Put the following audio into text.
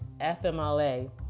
FMLA